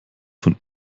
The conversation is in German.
von